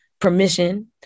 permission